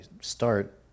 start